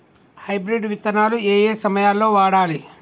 Hybrid విత్తనాలు ఏయే సమయాల్లో వాడాలి?